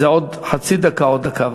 שאם זה עוד חצי דקה או עוד דקה,